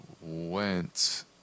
went